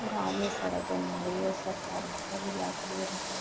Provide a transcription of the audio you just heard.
गाँव में सड़क बनवा रही है सरकार उसका भी लाभ ले रहे हैं